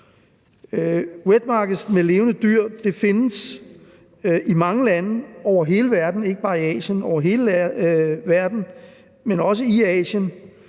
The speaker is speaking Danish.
Wet markets med levende dyr findes i mange lande over hele verden, ikke bare i Asien. De findes